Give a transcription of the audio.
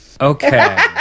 Okay